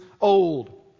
old